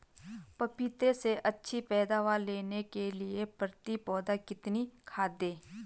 पपीते से अच्छी पैदावार लेने के लिए प्रति पौधा कितनी खाद दें?